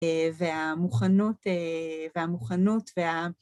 והמוכנות, והמוכנות וה...